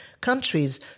countries